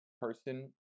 person